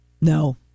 No